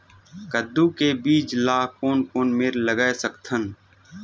कददू के बीज ला कोन कोन मेर लगय सकथन?